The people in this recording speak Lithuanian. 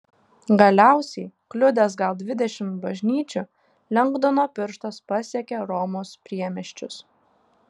galiausiai kliudęs gal dvidešimt bažnyčių lengdono pirštas pasiekė romos priemiesčius